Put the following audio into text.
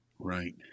Right